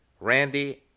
Randy